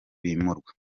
bimurwa